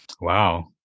Wow